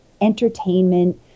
entertainment